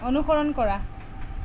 অনুসৰণ কৰা